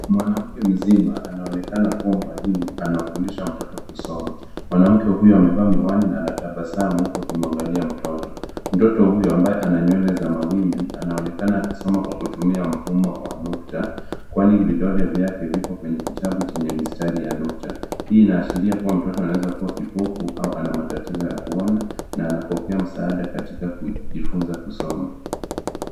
Mwanamke mzima anaonekana kuwa mwalimu anafundisha mtoto kusoma Mwanamke huyu amevaa miwani na anatabasamu akimwangalia mtoto. Mtoto huyu ambaye ana nywele za mawimbi anaonekana akisoma kwa kutumia mfumo wa nukta kwani vidole vyake vipo kwenye kitabu chenye mistari ya nukta. Hii inaashiria kuwa mtoto anaweza kuwa kipofu au ana matatizo ya kuona na anapokea msaada katika kujifunza kusoma.